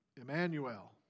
Emmanuel